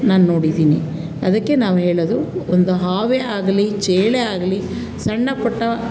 ನಾನು ನೋಡಿದ್ದೀನಿ ಅದಕ್ಕೆ ನಾವು ಹೇಳೋದು ಒಂದು ಹಾವೇ ಆಗಲಿ ಚೇಳೇ ಆಗಲಿ ಸಣ್ಣ ಪುಟ್ಟ